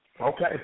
Okay